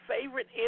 favorite